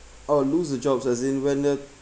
I would lose the jobs as in when the